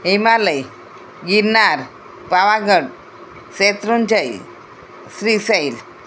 Himalaya Girnar Pavagadh Shatrunjay Shrishail